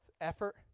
effort